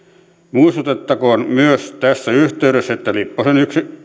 muistutettakoon myös tässä yhteydessä että lipposen